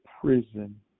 prison